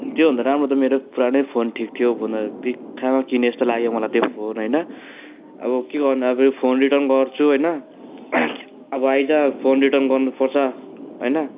त्योभन्दा राम्रो त मेरो पुरानै फोन ठिक थियो बुनर बित्थामा किनेँ जस्तो लाग्यो मलाई त्यो फोन होइन अब के गर्नु अब फेरि फोन रिटर्न गर्छु होइन अब आइज फोन रिर्टन गर्नुपर्छ होइन